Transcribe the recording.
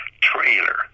trailer